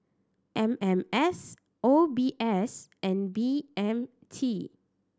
M M S O B S and B M T